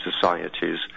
societies